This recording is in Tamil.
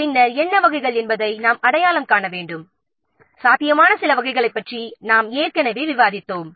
பின்னர் அவற்றின் வகைகள் என்ன என்பதை நாம் எவ்வாறு அடையாளம் காண வேண்டும்மேலும் சாத்தியமான சில வகைகளைப் பற்றி நாம் ஏற்கனவே விவாதித்தோம்